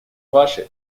ваши